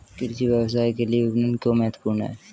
कृषि व्यवसाय के लिए विपणन क्यों महत्वपूर्ण है?